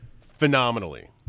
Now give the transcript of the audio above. phenomenally